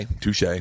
Touche